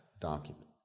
document